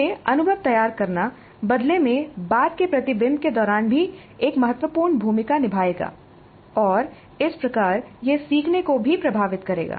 यह अनुभव तैयार करना बदले में बाद के प्रतिबिंब के दौरान भी एक महत्वपूर्ण भूमिका निभाएगा और इस प्रकार यह सीखने को भी प्रभावित करेगा